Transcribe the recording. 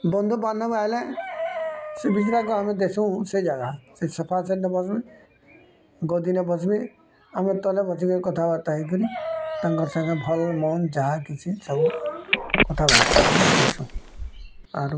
ବନ୍ଧୁବାନ୍ଧବ ଆଇଲେ ସେ ବିଚାରା କ ଆମେ ଦେସୁଁ ସେଇ ଜାଗା ସେ ସୋଫା ସେଟ୍ ବସୁଁ ଗଦିରେ ବସ୍ବେ ଆମେ ତଲେ ବସିକରି କଥାବାର୍ତ୍ତା ହେଇକରି ତାଙ୍କର ସାଙ୍ଗେ ଭଲ ମନ୍ଦ ଯାହା କିଛି ସବୁ କଥାବାର୍ତ୍ତା ଆମେ ହେସୁଁ ଆରୁ